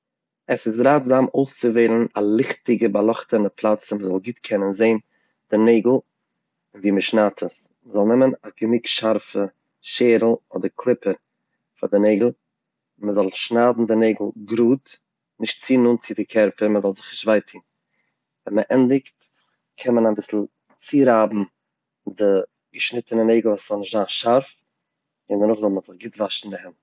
עס איז ראטזאם אויסצווועלן א ליכטיגע באלאכטענע פלאץ אז מען זאל גוט קענען זען די נעגל ווי מען שניידט עס, מ'זאל נעמען א גענוג שארפע שערל אדער קליפפער פאר די נעגל, מ'זאל שניידן די נעגל גראד נישט צו נאנט צו די קערפער מען זאל זיך נישט וויי טוהן, ווען מען ענדיגט קען מען אביסל צורייבן די געשניטענע נעגל עס זאל נישט זיין שארף און דערנאך זאל מען זיך גוט וואשן די הענט.